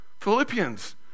Philippians